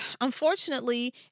unfortunately